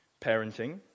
parenting